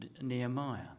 Nehemiah